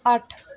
ਅੱਠ